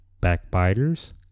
backbiters